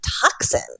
toxin